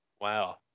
Wow